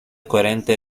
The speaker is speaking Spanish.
coherente